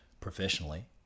professionally